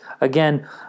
again